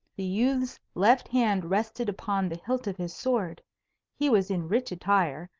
the youth's left hand rested upon the hilt of his sword he was in rich attire,